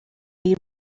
need